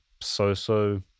so-so